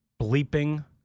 bleeping